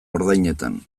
ordainetan